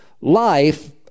Life